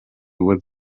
with